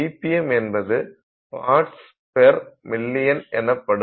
ppm என்பது parts per million எனப்படும்